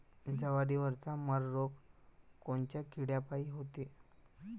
जवारीवरचा मर रोग कोनच्या किड्यापायी होते?